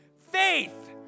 faith